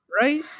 right